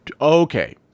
Okay